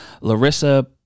Larissa